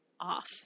off